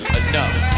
enough